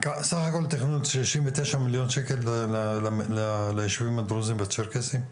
סך הכל תכנון שישים ותשעה מיליון שקל לישובים הדרוזים והצ'רקסיים?